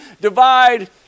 divide